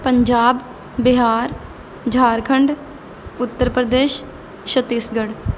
Punjab Bihar Jharkhand Uttar Pradesh Chhattisgarh